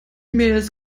mails